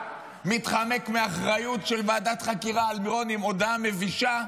מתחמק מאחריות של ועדת חקירה על מירון עם הודעה מבישה,